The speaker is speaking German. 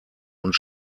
und